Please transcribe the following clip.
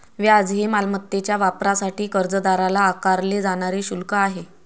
व्याज हे मालमत्तेच्या वापरासाठी कर्जदाराला आकारले जाणारे शुल्क आहे